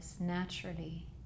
naturally